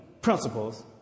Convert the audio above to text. principles